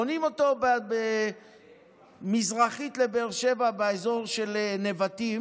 בונים אותו מזרחית לבאר שבע, באזור של נבטים,